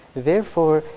therefore,